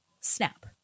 snap